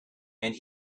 and